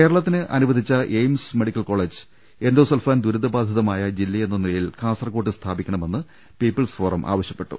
കേരളത്തിനു വേണ്ടി അനുവദിച്ച എയിംസ് മെഡിക്കൽ കോളജ് എൻഡോസൾഫാൻ ദുരിതബാധിതമായ ജില്ലയെന്ന് നിലയിൽ കാസർകോട് സ്ഥാപിക്കണമെന്ന് പീപ്പിൾസ് ഫോറം ആവശ്യപ്പെട്ടു